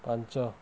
ପାଞ୍ଚ